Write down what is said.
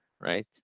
right